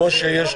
כמו שיש